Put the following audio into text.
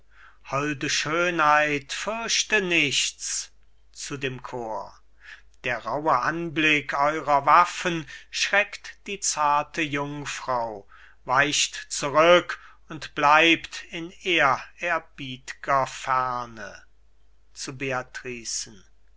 holde schönheit fürchte nichts zu dem chor der rauhe anblick eurer waffen schreckt die zarte jungfrau weicht zurück und bleibt in ehrerbiet'ger ferne